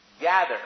gather